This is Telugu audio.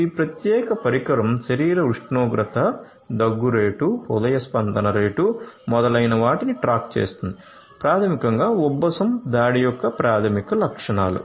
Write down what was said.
ఈ ప్రత్యేక పరికరం శరీర ఉష్ణోగ్రత దగ్గు రేటు హృదయ స్పందన రేటు మొదలైనవాటిని ట్రాక్ చేస్తుంది ప్రాథమికంగా ఉబ్బసం దాడి యొక్క ప్రాథమిక లక్షణాలు